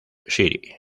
city